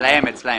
אצלם.